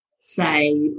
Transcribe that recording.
say